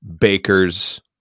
Baker's